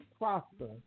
prosper